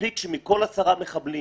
מספיק שמכול עשרה מחבלים